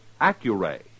Accuray